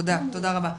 תודה, תודה רבה.